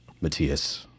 Matthias